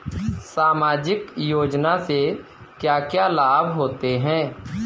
सामाजिक योजना से क्या क्या लाभ होते हैं?